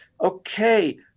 Okay